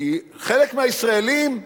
כי חלק מהישראלים,